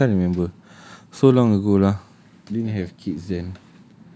I don't know I can't remember so long ago lah didn't have kids then